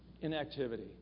inactivity